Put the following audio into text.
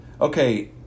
Okay